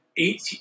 Eight